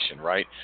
right